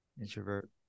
introvert